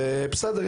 ובסדר,